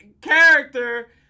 character